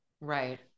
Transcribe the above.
right